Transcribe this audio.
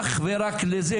אך ורק לזה.